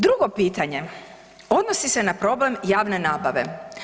Drugo pitanje odnosi se na problem javne nabave.